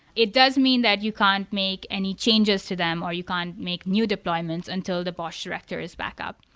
it does mean that you can't make any changes to them or you can't make new deployments until the bosh director is back up,